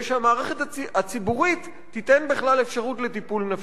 שהמערכת הציבורית תיתן בכלל אפשרות לטיפול נפשי.